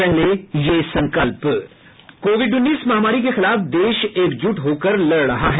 पहले ये संकल्प कोविड उन्नीस महामारी के खिलाफ देश एकजुट होकर लड़ रहा है